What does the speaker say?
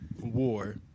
war